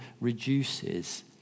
reduces